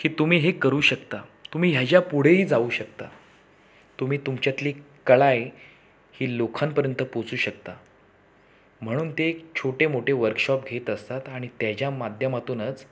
की तुम्ही हे करू शकता तुम्ही ह्याच्या पुढेही जाऊ शकता तुम्ही तुमच्यातली कला आहे ही लोकांपर्यंत पोचू शकता म्हणून ते छोटे मोठे वर्कशॉप घेत असतात आणि त्याच्या माध्यमातूनच